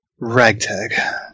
Ragtag